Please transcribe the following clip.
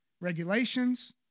regulations